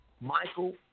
Michael